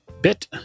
bit